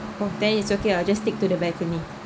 oh then it's okay I'll just stick to the balcony